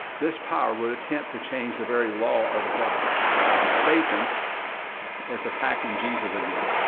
this power would attempt to change the very law of a god? wow. satan is attacking jesus again.